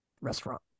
restaurant